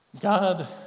God